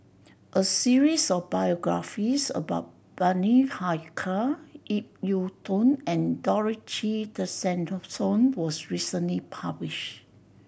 a series of biographies about Bani Haykal Ip Yiu Tung and Dorothy Tessensohn was recently publish